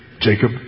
Jacob